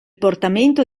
portamento